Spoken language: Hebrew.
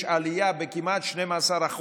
יש עלייה כמעט ב-12%